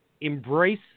embrace